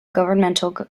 governmental